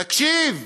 תקשיב,